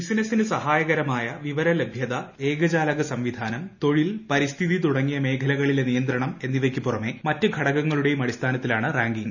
ബിസിനസിന് സഹായകരമായ വിവര ലഭ്യത ഏകജാലക സംവിധാനം തൊഴിൽ പരിസ്ഥിതി തുടങ്ങിയ മേഖലകളിലെ നിയന്ത്രണം എന്നിവയ്ക്ക് പുറമേ മറ്റ് ഘടങ്ങളുടെയും അടിസ്ഥാനത്തിലാണ് റാങ്കിംഗ്